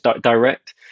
direct